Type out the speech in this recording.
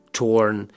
torn